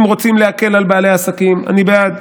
אם רוצים להקל על בעלי עסקים, אני בעד.